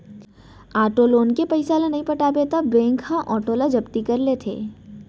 auto loan के पइसा ल नइ पटाबे त बेंक ह आटो ल जब्ती कर लेथे